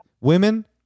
Women